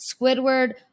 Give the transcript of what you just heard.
Squidward